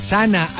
Sana